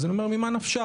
אז אני אומר ממה נפשך,